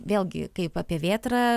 vėlgi kaip apie vėtrą